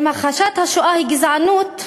אם הכחשת השואה היא גזענות,